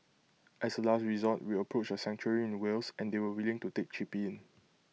as A last resort we approached A sanctuary in Wales and they were willing to take chippy in